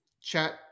Chat